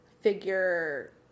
figure